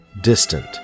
distant